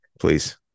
Please